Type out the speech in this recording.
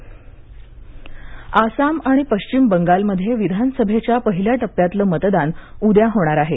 विधानसभा निवडणक आसाम आणि पश्चिम बंगालमध्ये विधान सभेच्या पहिल्या टप्प्यातलं मतदान उद्या होणार आहे